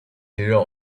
肌肉